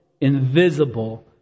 invisible